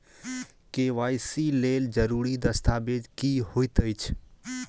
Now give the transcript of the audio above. KYC लेल जरूरी दस्तावेज की होइत अछि?